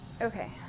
Okay